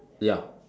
ya